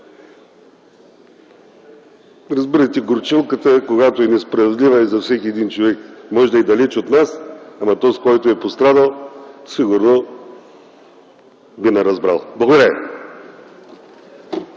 Разбирате, че горчилката, когато е несправедлива, е за всеки един човек. Може да е далече от нас, но този, който е пострадал, сигурно би ни разбрал. Благодаря